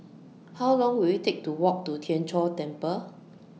How Long Will IT Take to Walk to Tien Chor Temple